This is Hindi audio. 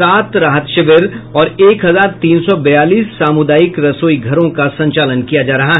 सात राहत शिविर और एक हजार तीन सौ बयालीस सामुदायिक रसोईघरों का संचालन किया जा रहा है